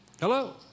Hello